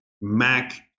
Mac